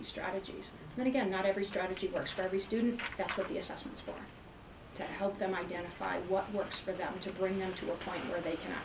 se strategies and again not every strategy works for every student but what the assessments fail to help them identify what works for them to bring them to a point where they can